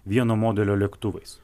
vieno modelio lėktuvais